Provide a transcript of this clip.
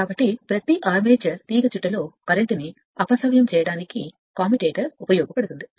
కాబట్టి ప్రతి ఆర్మేచర్ తీగచుట్ట లో కరెంట్ను అపసవ్యం చేయడానికి కమ్యుటేటర్ ఉపయోగపడుతుంది